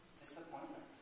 disappointment